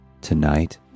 Tonight